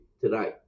today